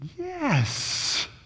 Yes